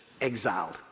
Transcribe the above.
exiled